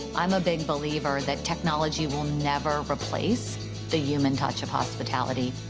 i'm a big believer that technology will never replace the human touch of hospitality.